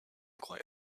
quite